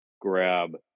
grab